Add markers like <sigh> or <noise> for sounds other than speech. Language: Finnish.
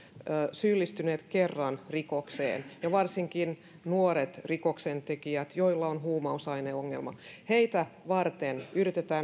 syyllistyneet kerran rikokseen ja varsinkin nuoret rikoksentekijät joilla on huumausaineongelma heitä varten yritetään <unintelligible>